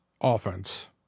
offense